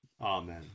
amen